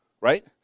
Right